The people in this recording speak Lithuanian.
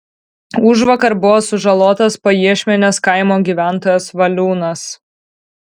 užvakar buvo sužalotas pajiešmenės kaimo gyventojas valiūnas